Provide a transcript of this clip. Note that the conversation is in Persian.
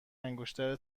انگشتر